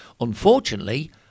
unfortunately